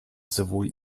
sowohl